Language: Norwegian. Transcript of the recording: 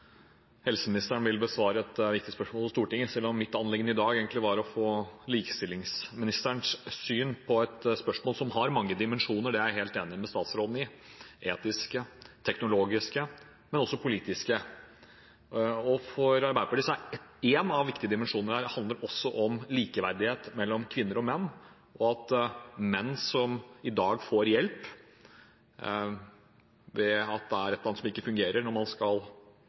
helseministeren vil besvare et viktig spørsmål for Stortinget, selv om mitt anliggende i dag egentlig var å få likestillingsministerens syn på et spørsmål som har mange dimensjoner – det er jeg helt enig med statsråden i – etiske, teknologiske, men også politiske. For Arbeiderpartiet er en av de viktige dimensjonene her likeverdighet mellom kvinner og menn, at menn i dag får hjelp når det er et eller annet som ikke fungerer